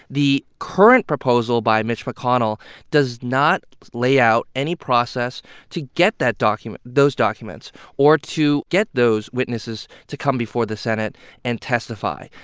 the current proposal by mitch mcconnell does not lay out any process to get that document those documents or to get those witnesses to come before the senate and testify.